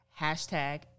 Hashtag